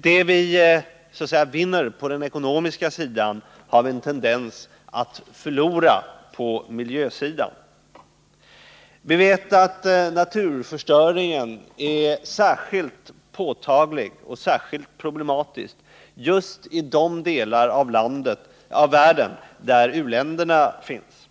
Det vi så att säga vinner på den ekonomiska sidan har vi en tendens att förlora på miljösidan. Vi vet att naturförstöringen är särskilt påtaglig och särskilt problematisk justi de delar av världen där u-länderna finns.